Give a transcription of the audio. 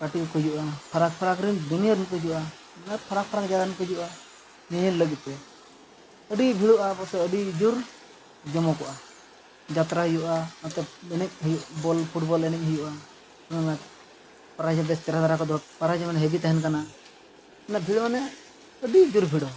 ᱯᱟᱴᱤ ᱠᱚ ᱦᱩᱭᱩᱜᱼᱟ ᱯᱷᱟᱨᱟᱠ ᱯᱷᱟᱨᱟᱠ ᱨᱤᱱ ᱫᱩᱱᱤᱭᱟᱹ ᱨᱮᱱ ᱠᱚ ᱦᱤᱡᱩᱜᱼᱟ ᱢᱟᱱᱮ ᱯᱷᱟᱨᱟᱠ ᱯᱷᱟᱨᱟᱠ ᱡᱟ ᱱᱩᱠᱩ ᱦᱩᱭᱩᱜᱼᱟ ᱧᱮᱧᱮᱞ ᱞᱟᱹᱜᱤᱫ ᱛᱮ ᱟᱹᱰᱤ ᱵᱷᱤᱲᱚᱜᱼᱟ ᱯᱟᱥᱮ ᱟᱹᱰᱤ ᱡᱩᱨ ᱡᱚᱢᱚᱠᱚᱜᱼᱟ ᱡᱟᱛᱛᱨᱟ ᱦᱩᱭᱩᱜᱼᱟ ᱱᱚᱛᱮ ᱮᱱᱮᱡ ᱦᱩᱭᱩᱜ ᱵᱚᱞ ᱯᱷᱩᱴᱵᱚᱞ ᱮᱱᱮᱡ ᱦᱩᱭᱩᱜᱼᱟ ᱯᱨᱟᱭᱤᱡᱽ ᱦᱚᱸ ᱵᱮᱥ ᱪᱮᱨᱦᱟ ᱫᱷᱟᱨᱟ ᱠᱚ ᱫᱚᱦᱚ ᱠᱮᱫᱟ ᱯᱨᱟᱭᱤᱡᱽ ᱡᱟᱱᱮ ᱦᱮᱵᱤ ᱛᱟᱦᱮᱱ ᱠᱟᱱᱟ ᱚᱱᱟ ᱵᱷᱤᱲ ᱢᱟᱱᱮ ᱟᱹᱰᱤ ᱡᱩᱨ ᱵᱷᱤᱲᱚᱜᱼᱟ